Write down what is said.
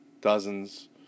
dozens